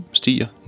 stiger